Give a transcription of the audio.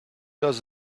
does